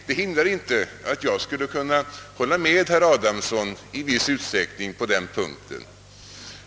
Det hindrar emellertid inte att jag skulle kunna hålla med herr Adamsson i viss utsträckning på denna punkt.